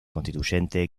constituyente